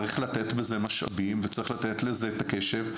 צריך לתת בזה משאבים וצריך לתת לזה את הקשב,